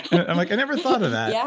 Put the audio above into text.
i'm like, i never thought of that. yeah